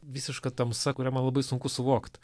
visiška tamsa kurią man labai sunku suvokt